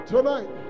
Tonight